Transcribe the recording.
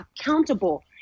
accountable